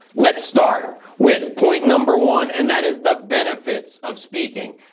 let's start with point number one and that is the benefits of speaking.